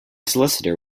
solicitor